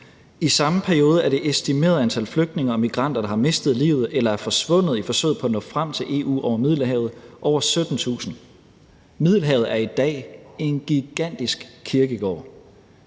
I samme periode er det estimerede antal flygtninge og migranter, der har mistet livet eller er forsvundet i forsøget på at nå frem til EU over Middelhavet, over 17.000. Middelhavet er i dag en gigantisk kirkegård.